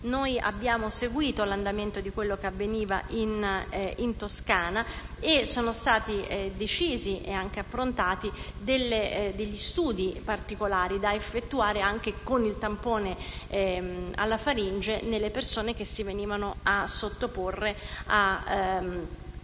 abbiamo seguito l'andamento di quello che avveniva in Toscana e sono stati decisi ed approntati degli studi particolari da effettuare, anche con il tampone alla faringe, sulle persone che venivano a sottoporsi alla